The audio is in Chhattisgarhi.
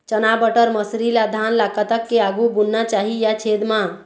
चना बटर मसरी ला धान ला कतक के आघु बुनना चाही या छेद मां?